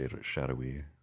shadowy